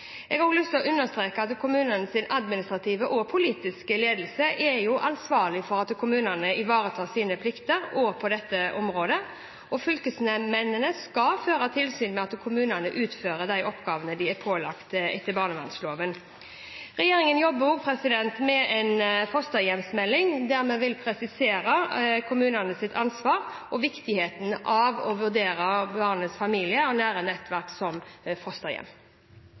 Jeg har også lyst til å understreke at kommunens administrative og politiske ledelse er ansvarlig for at kommunene ivaretar sine plikter, også på dette området. Fylkesmennene skal føre tilsyn med at kommunene utfører de oppgavene de er pålagt etter barnevernsloven. Regjeringen jobber også med en fosterhjemsmelding, der vi vil presisere kommunenes ansvar og viktigheten av å vurdere barnets familie og nære nettverk som fosterhjem.